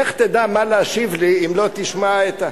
איך תדע מה להשיב לי אם לא תשמע את,